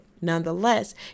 Nonetheless